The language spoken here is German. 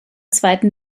zweiten